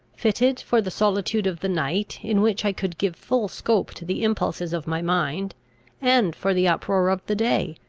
fitted for the solitude of the night, in which i could give full scope to the impulses of my mind and for the uproar of the day,